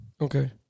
Okay